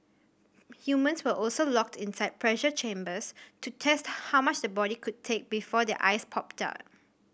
humans were also locked inside pressure chambers to test how much the body could take before their eyes popped out